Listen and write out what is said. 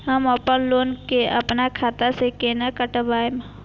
हम अपन लोन के अपन खाता से केना कटायब?